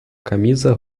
camisa